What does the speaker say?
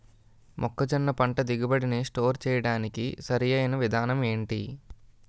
మొక్కజొన్న పంట దిగుబడి నీ స్టోర్ చేయడానికి సరియైన విధానం ఎంటి?